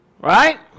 Right